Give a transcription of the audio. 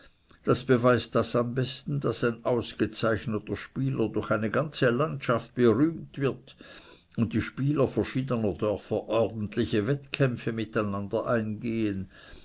ist beweist das am besten daß ein ausgezeichneter spieler durch eine ganze landschaft berühmt wird und die spieler verschiedener dörfer ordentliche wettkämpfe miteinander eingehen